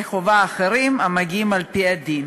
חובה אחרים המגיעים להן על-פי הדין.